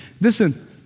Listen